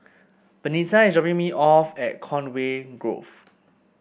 Benita is dropping me off at Conway Grove